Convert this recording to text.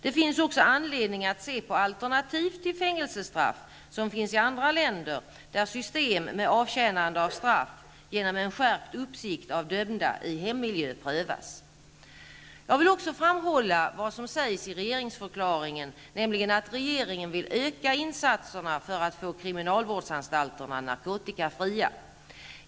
Det finns också anledning att se på alternativ till fängelsestraff som finns i andra länder där system med avtjänande av straff genom en skärpt uppsikt av dömda i hemmiljö prövas. Jag vill också framhålla vad som sägs i regeringsförklaringen, nämligen att regeringen vill öka insatserna för att få kriminalvårdsanstalterna narkotikafria.